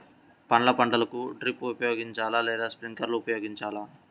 పండ్ల పంటలకు డ్రిప్ ఉపయోగించాలా లేదా స్ప్రింక్లర్ ఉపయోగించాలా?